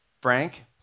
Frank